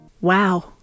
Wow